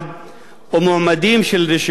ומועמדים של רשויות מקומיות,